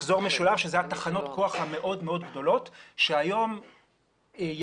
מחזור משולב שאלה תחנות כוח המאוד מאוד גדולות שהיום יש